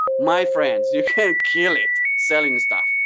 my friends, you can kill it selling stuff,